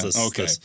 Okay